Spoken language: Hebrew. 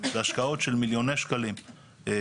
אני בתפקיד מזה כמה חודשים.